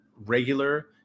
regular